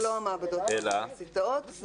אלה לא המעבדות באוניברסיטאות,